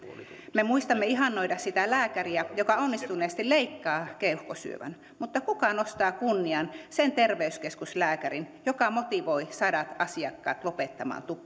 me muistamme ihannoida sitä lääkäriä joka onnistuneesti leikkaa keuhkosyövän mutta kuka nostaa kunniaan sen terveyskeskuslääkärin joka motivoi sadat asiakkaat lopettamaan